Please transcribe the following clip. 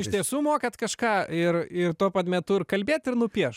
iš tiesų mokat kažką ir ir tuo pat metu ir kalbėt ir nupieš